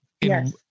Yes